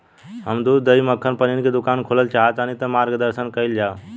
हम दूध दही मक्खन पनीर के दुकान खोलल चाहतानी ता मार्गदर्शन कइल जाव?